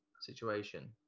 situation